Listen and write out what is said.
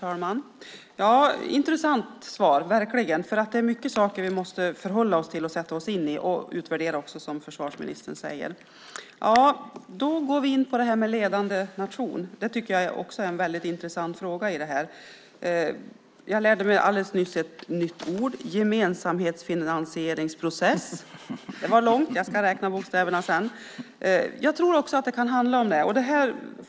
Herr talman! Det var verkligen ett intressant svar! Det är många saker vi måste förhålla oss till, sätta oss in i och utvärdera, som försvarsministern säger. Vi går in på det här med att vara ledande nation. Det är också en väldigt intressant fråga. Jag lärde mig alldeles nyss ett nytt ord: gemensamfinansieringsprocess. Det var långt! Jag ska räkna bokstäverna sedan. Jag tror att det kan handla om det.